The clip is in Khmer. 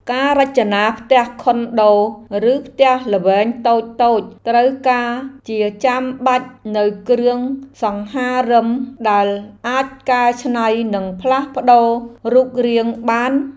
ការរចនាផ្ទះខុនដូឬផ្ទះល្វែងតូចៗត្រូវការជាចាំបាច់នូវគ្រឿងសង្ហារិមដែលអាចកែច្នៃនិងផ្លាស់ប្តូររូបរាងបាន។